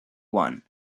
one